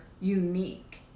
unique